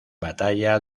batalla